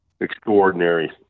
Extraordinary